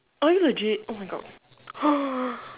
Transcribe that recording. are you legit oh my god